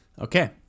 Okay